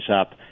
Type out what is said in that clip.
up